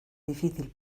difícil